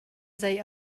zei